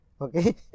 Okay